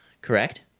correct